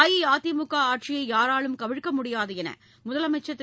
அஇஅதிமுக ஆட்சியை யாராலும் கவிழ்க்க முடியாது என முதலமைச்சர் திரு